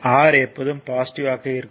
R எப்போதும் positive ஆக இருக்கும்